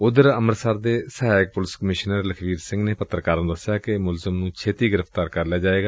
ਉਧਰ ਅੰਮ੍ਤਿਤਸਰ ਦੇ ਸਹਾਇਕ ਪੁਲਿਸ ਕਮਿਸ਼ਨਰ ਲਖਬੀਰ ਸਿੰਘ ਨੇ ਪੱਤਰਕਾਰਾਂ ਨੂੰ ਦਸਿਆ ਕਿ ਮੁਲਜ਼ਮ ਨੂੰ ਛੇਤੀ ਗ੍ਰਿਫ਼ਤਾਰ ਕਰ ਲਿਆ ਜਾਏਗਾ